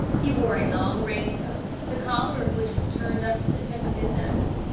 he wore a long raincoat, the collar of which was turned up to the tip of his nose.